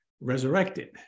resurrected